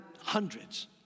hundreds